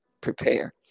prepare